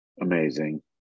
amazing